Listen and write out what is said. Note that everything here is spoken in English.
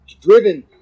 driven